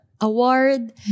award